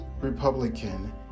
republican